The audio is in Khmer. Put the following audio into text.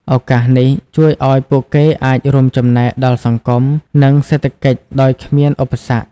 ឱកាសនេះជួយឱ្យពួកគេអាចរួមចំណែកដល់សង្គម និងសេដ្ឋកិច្ចដោយគ្មានឧបសគ្គ។